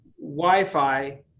Wi-Fi